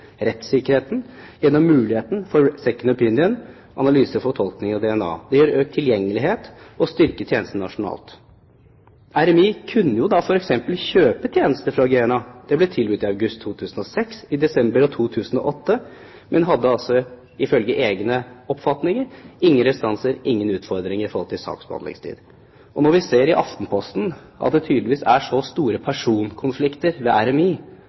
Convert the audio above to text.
gir økt tilgjengelighet og styrker tjenesten nasjonalt. RMI kunne jo da f.eks. kjøpe tjenester fra GENA. Det ble tilbudt i august 2006, i desember 2008, men hadde altså, ifølge egne oppfatninger, ingen restanser, ingen utfordringer i forhold til saksbehandlingstiden. Og når vi ser i Aftenposten at det tydeligvis er så store personkonflikter ved